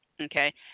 Okay